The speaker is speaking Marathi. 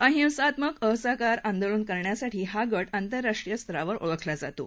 अहिंसात्मक असहकार आंदोलन करण्यासाठी हा गट आंतरराष्ट्रीय ओळखला जातो